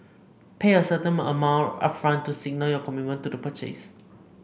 pay a certain amount upfront to signal your commitment to the purchase